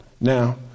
Now